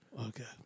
Okay